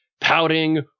pouting